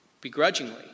begrudgingly